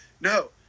No